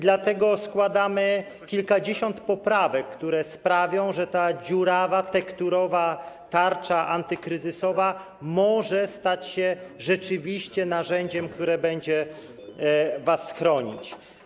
Dlatego składamy kilkadziesiąt poprawek, które sprawią, że ta dziurawa, tekturowa tarcza antykryzysowa może stać się rzeczywiście narzędziem, które będzie was chronić.